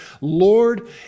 Lord